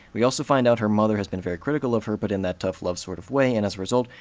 we also find out her mother has been very critical of her but in that tough-love sort of way, and as a result,